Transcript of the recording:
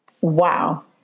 Wow